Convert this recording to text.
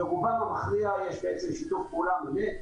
לרובם המכריע יש שיתוף פעולה מלא,